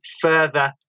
further